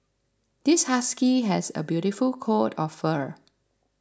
this husky has a beautiful coat of fur